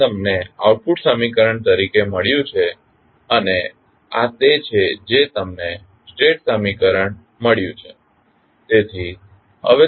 આ તમને આઉટપુટ સમીકરણ તરીકે મળ્યું છે અને આ તે છે જે તમને સ્ટેટ સમીકરણ મળ્યું છે